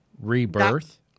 rebirth